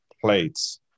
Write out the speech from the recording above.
plates